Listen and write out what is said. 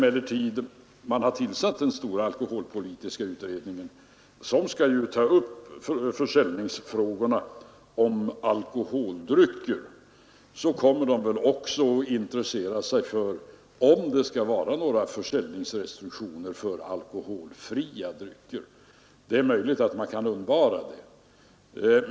Eftersom den stora alkoholpolitiska utredningen har tillsatts, som skall ta upp frågorna om försäljning av alkoholdrycker, kommer väl den utredningen också att intressera sig för om det skall vara några försäljningsrestriktioner för alkoholfria drycker. Det är möjligt att man kan undvara restriktionerna.